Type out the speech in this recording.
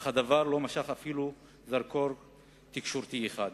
אך הדבר לא משך אפילו זרקור תקשורתי אחד.